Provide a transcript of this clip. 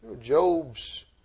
Job's